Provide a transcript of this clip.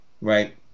right